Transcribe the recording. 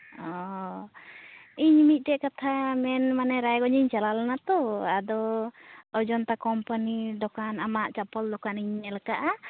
ᱚᱻ ᱤᱧ ᱢᱤᱫᱴᱮᱱ ᱠᱟᱛᱷᱟ ᱢᱮᱱ ᱢᱟᱱᱮ ᱨᱟᱭᱜᱚᱡᱽ ᱤᱧ ᱪᱟᱞᱟᱣ ᱞᱮᱱᱟ ᱛᱚ ᱟᱫᱚ ᱳᱡᱚᱱᱛᱟ ᱠᱳᱢᱯᱟᱱᱤ ᱫᱚᱠᱟᱱ ᱟᱢᱟᱜ ᱪᱟᱯᱚᱞ ᱫᱚᱠᱟᱱᱤᱧ ᱧᱮᱞ ᱟᱠᱟᱫᱼᱟ